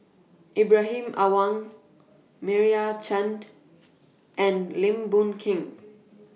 Ibrahim Awang Meira Chand and Lim Boon Keng